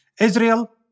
Israel